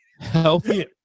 Healthy